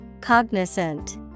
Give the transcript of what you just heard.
Cognizant